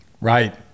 right